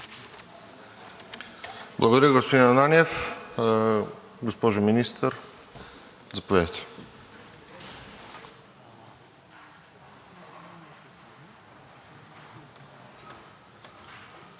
Благодаря, господин Ананиев. Госпожо Министър, заповядайте.